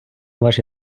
ваші